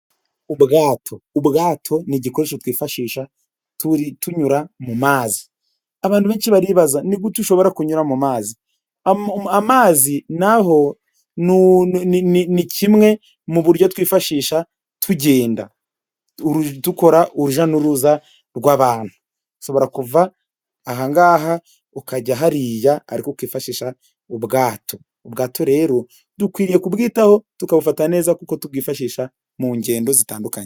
Ubwato ubwato ni igikoresho twifashisha tunyura mu mazi, abantu benshi baribaza ni gute ushobora kunyura mu mazi, amazi na ho ni ni kimwe mu buryo twifashisha tugenda dukora urujya n'uruza rw'abantu, ushobora kuva ahangaha ukajya hariya ariko ukifashisha ubwato. ubwato rero dukwiriye kubwitaho tukabufata neza, kuko tubwifashisha mu ngendo zitandukanye.